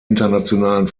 internationalen